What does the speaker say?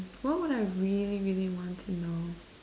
what would I really really want to know